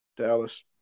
Dallas